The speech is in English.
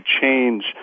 change